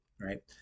right